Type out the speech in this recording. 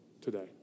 today